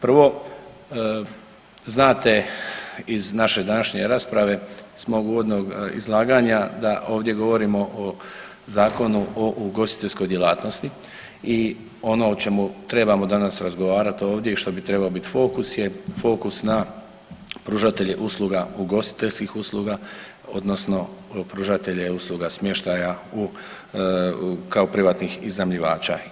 Prvo znate iz naše današnje rasprave iz mog uvodnog izlaganja da ovdje govorimo o Zakonu o ugostiteljskoj djelatnosti i ono o čemu trebamo danas razgovarati ovdje i što bi trebao biti fokus je fokus na pružatelje usluga, ugostiteljskih usluga odnosno pružatelje usluga smještaja u, kao privatnih iznajmljivača.